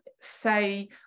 say